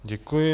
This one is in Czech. Děkuji.